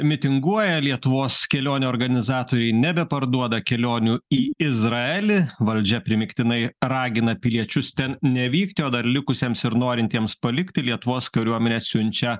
mitinguoja lietuvos kelionių organizatoriai nebeparduoda kelionių į izraelį valdžia primygtinai ragina piliečius ten nevykti o dar likusiems ir norintiems palikti lietuvos kariuomenė siunčia